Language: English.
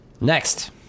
Next